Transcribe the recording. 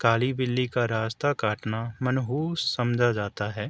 کالی بلی کا راستہ کاٹنا منحوس سمجھا جاتا ہے